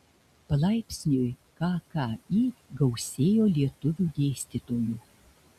palaipsniui kki gausėjo lietuvių dėstytojų